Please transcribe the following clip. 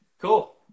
Cool